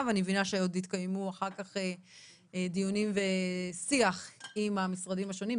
אני מבינה שעוד התקיימו אחר כך עוד דיונים ושיח עם המשרדים השונים,